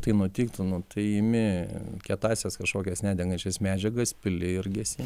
tai nutiktų nu tai imi kietąsias kažkokias nedegančias medžiagas pili ir gesini